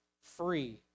free